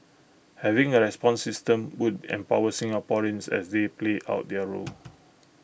having A response system would empower Singaporeans as they play out their role